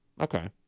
okay